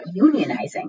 unionizing